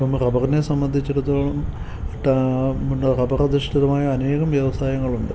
അപ്പം റബ്ബറിനെ സംബന്ധിച്ചെടുത്തോളം പിന്നെ റബ്ബർ അധിഷ്ഠിതമായ അനേകം വ്യവസായങ്ങളുണ്ട്